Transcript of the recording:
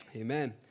Amen